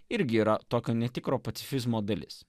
irgi yra tokio netikro pacifizmo dalis